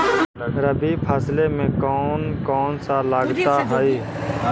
रबी फैसले मे कोन कोन सा लगता हाइय?